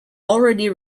already